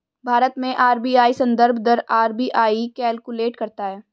भारत में आर.बी.आई संदर्भ दर आर.बी.आई कैलकुलेट करता है